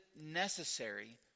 necessary